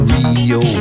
Rio